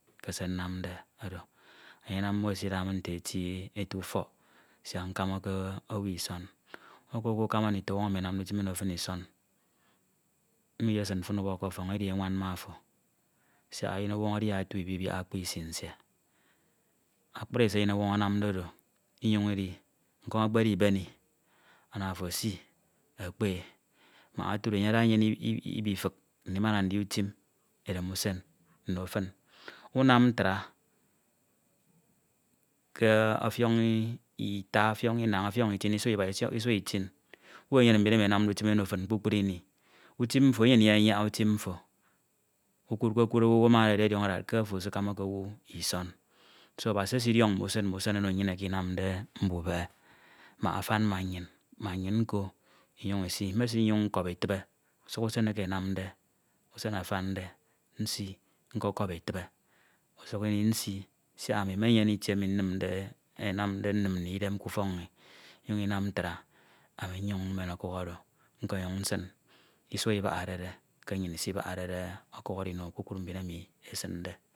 ke se nnamde oro eyenam mmo esida min nte edi ete ufọk siak nkamake owu Isọn. Uka ukakama ndifọñwọñ emi anamde ufim eno fin Isọn, mmo Iyesin fin ubọk k’ọfọñ edi enwan ma ōfo siak eyin owọñ adia otu lbibiak okpo isi nsie. Akpri se eyinọwọñ anade oro, inyori idi, nkọm ekpedi beni ana ofo esi ekpe e mak otude enye afiak enyene ibifik ndifiak ndi utim nno tin, unam ntra, ke ọfiọñ Ita, ọfiọñ unañ ofioñ Itin, Isua Iba, Isua Itin unyenyene mbin emi enamde utim eno fin kpukpru ini. Utim mfo enyem ndiyiayiaña utim mfo. Ukukekud owu, owu ama adedi edidiọnọ ke owu ukamake owu Isọn do Abasi esidiọñ mm’usen mm’usen ono nnyin eke nnamde mbubehe mak afan ma nnyi mak nnyin Iko lnyuñ isi, mesinyuñ nkọbi eti usuk usen eke enamde usen afande nsi nkọkọbi etibe siak ami menyene itie emi nsi nnamde nnim nno Idem k’ufọk nni, lnyuñ lnam ntra, ami nyuñ mmem ọkuk oro nkọnyuñ nsin, Isimen ọkuk oro Ibahadere Ino mbin esiñ yuñ esiñde